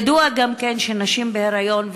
ידוע גם כן שנשים בהיריון,